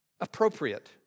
appropriate